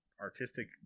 artistic